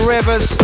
Rivers